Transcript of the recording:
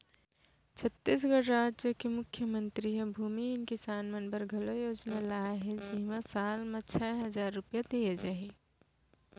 छत्तीसगढ़ राज के मुख्यमंतरी ह भूमिहीन किसान मन बर घलौ योजना लाए हे जेमा साल म छै हजार रूपिया दिये जाही